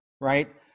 right